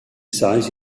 seis